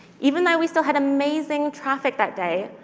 even though we still had amazing traffic that day,